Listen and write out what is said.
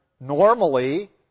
normally